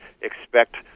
expect